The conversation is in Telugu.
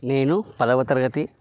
నేను పదవతరగతి